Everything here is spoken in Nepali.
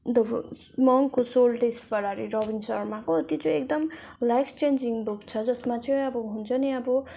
the monk who sold his Ferrari Robin शर्माको त्यो चाहिँ एकदम लाइफ चेन्जिङ बुक छ जसमा चाहिँ अब हुन्छ नि अब